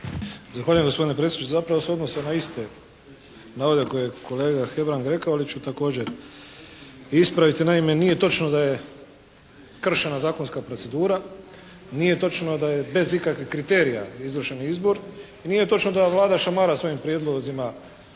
Zahvaljujem gospodine predsjedniče. Zapravo se odnosi na iste navode koje je kolega Hebrang rekao, ali ću također ispraviti. Naime nije točno da je kršena zakonska procedura, nije točno da je bez ikakvih kriterija izvršen izbor i nije točno da ova Vlada šamara svojim prijedlozima